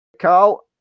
Carl